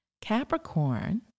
Capricorn